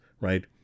Right